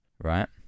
right